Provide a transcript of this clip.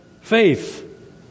faith